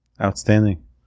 Outstanding